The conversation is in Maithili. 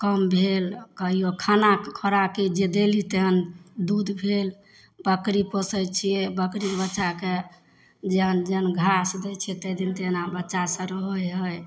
कम भेल कहिओ खाना खोराकी जे देली तेहन दूध भेल बकरी पोसै छियै बकरी बच्चाके जेहन जेहन घास दै छियै ताहि दिन तेना बच्चा सधबै हइ